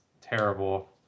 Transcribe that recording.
terrible